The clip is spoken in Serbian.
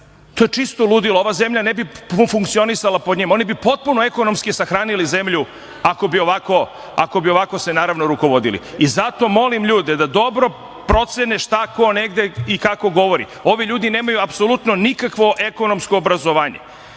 to je čisto ludilo, ova zemlja ne bi funkcionisala pod njima. Oni bi potpuno ekonomski sahranili zemlju ako bi ovako se naravno rukovodili. Zato molim ljude da dobro procene šta ko negde i kako govori. Ovi ljudi nemaju apsolutno nikakvo ekonomsko obrazovanje. Ovi